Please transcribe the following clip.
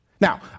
Now